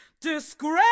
disgrace